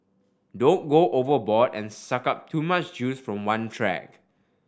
don't go overboard and suck up too much juice from one track